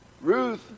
Ruth